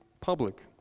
public